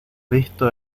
visto